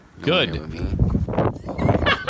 Good